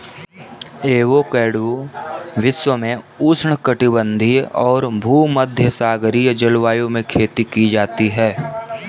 avocado विश्व में उष्णकटिबंधीय और भूमध्यसागरीय जलवायु में खेती की जाती है